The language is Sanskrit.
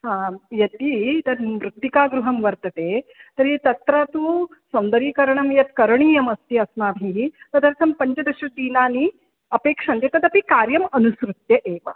आं यदि तत् मृत्तिकागृहं वर्तते तर्हि तत्र तु सौन्दरीकरणं यत् करणीयमस्ति अस्माभिः तदर्थं पञ्चदश दिनानि अपेक्ष्यन्ते तदपि कार्यमनुसृत्य एव